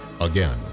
Again